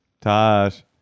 Tosh